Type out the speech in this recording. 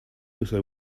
also